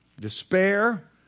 despair